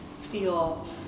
feel